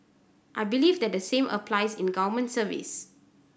I believe that the same applies in government service